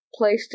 PlayStation